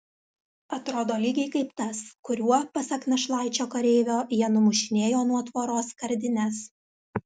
atrodo lygiai kaip tas kuriuo pasak našlaičio kareivio jie numušinėjo nuo tvoros skardines